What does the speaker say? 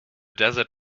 desert